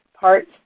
parts